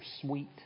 sweet